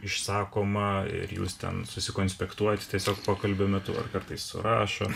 išsakoma ir jūs ten sukonspektuojat tiesiog pokalbio metu ar kartais surašot